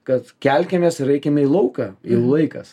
kad kelkimės ir eikime į lauką jau laikas